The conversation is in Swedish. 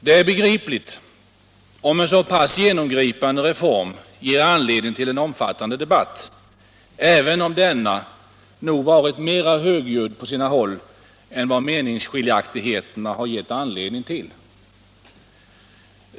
Det är begripligt om en så pass genomgripande reform ger upphov till en omfattande debatt, även om denna nog varit mer högljudd på sina håll än vad meningsskiljaktigheterna har gett anledning till.